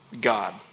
God